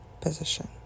position